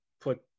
put